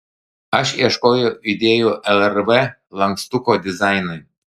aš ieškojau idėjų lrv lankstuko dizainui